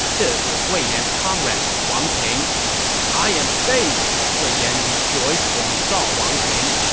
this was wei yan's comrade, wang ping i am saved! wei yan rejoiced when he saw wang ping.